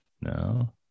no